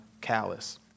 callous